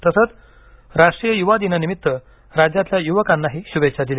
तसंच राष्ट्रीय युवा दिनानिमित्त राज्यातल्या युवकांना शुभेच्छा दिल्या